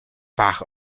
par